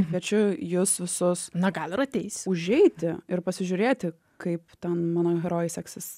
kviečiu jus visus na gal ir ateisiu užeiti ir pasižiūrėti kaip ten mano herojei seksis